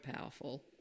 powerful